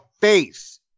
face